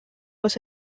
was